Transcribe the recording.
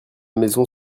maison